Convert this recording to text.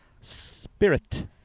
Spirit